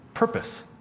purpose